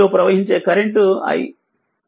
దీనిలో ప్రవహించే current i